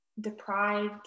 deprived